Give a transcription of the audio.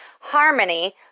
Harmony